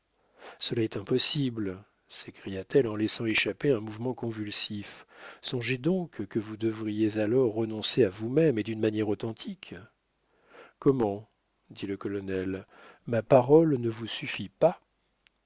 cela est impossible s'écria-t-elle en laissant échapper un mouvement convulsif songez donc que vous devriez alors renoncer à vous-même et d'une manière authentique comment dit le colonel ma parole ne vous suffit pas